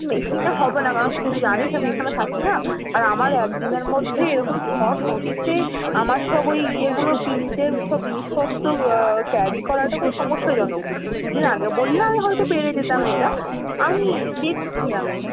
মেশিনে হবে না কারণ তুই তো জানিস আমি এখানে থাকি না আর আমার এক দিনের মধ্যে এরকম শর্ট নোটিসে আমার সব ওই ইয়েগুলো পিন্টের সব জিনিসপত্র ক্যারি করাটা খুব সমস্যাজনক দু দিন আগে বললে আমি হয়তো পেরে যেতাম এটা আমি দেখছি আমি